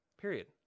Period